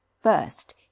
First